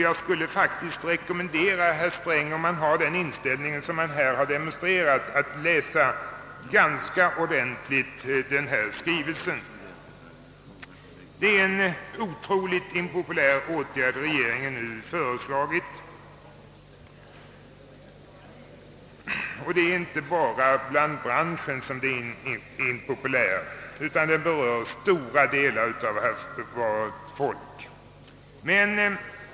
Jag skulle faktiskt rekommendera herr Sträng, om han har den inställning som han här demonstrerat, att läsa den här skrivelsen ganska ordentligt. Det är en otroligt impopulär åtgärd regeringen nu föreslagit. Det är inte bara inom branschen som den är impopulär, den berör också stora delar av vårt folk.